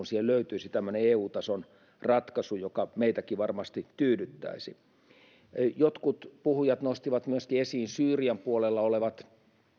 siihen löytyisi tämmöinen eu tason ratkaisu joka meitäkin varmasti tyydyttäisi jotkut puhujat nostivat esiin myöskin syyrian puolella olevat